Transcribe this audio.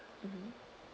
mmhmm